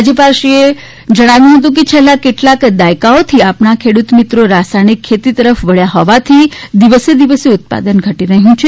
રાજ્યપાલશ્રીએ વધુમાં જણાવ્યું હતું કે છેલ્લાં કેટલાંક દાયકાઓથી આપણા ખેડૂત મિત્રો રાસાયણિક ખેતી તરફ વળ્યા હોવાથી દિવસે દિવસે ઉત્પાદન ઘટી રહ્યું છે